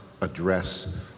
address